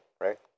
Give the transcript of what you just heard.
right